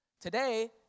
Today